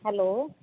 hello